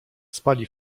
spali